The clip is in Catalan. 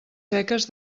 seques